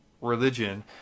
religion